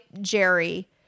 Jerry